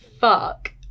fuck